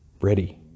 ready